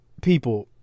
people